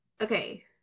okay